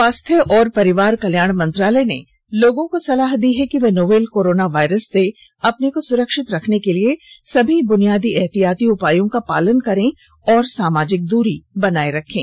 स्वास्थ्य और परिवार कल्याण मंत्रालय ने लोगों को सलाह दी है कि वे नोवल कोरोना वायरस से अपने को सुरक्षित रखने के लिए सभी बुनियादी एहतियाती उपायों का पालन करें और सामाजिक दूरी बनाए रखें